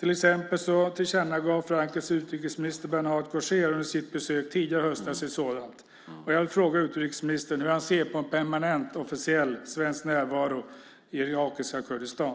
till exempel tillkännagav Frankrikes utrikesminister Bernard Kouchner under sitt besök tidigare i höstas ett sådant. Jag vill fråga utrikesministern hur han ser på en permanent officiell svensk närvaro i irakiska Kurdistan.